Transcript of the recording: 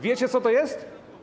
Wiecie, co to jest?